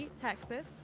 texas.